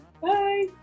Bye